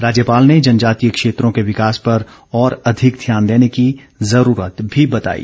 राज्यपाल ने जनजातीय क्षेत्रों के विकास पर और अधिक ध्यान देने की जरूरत भी बताई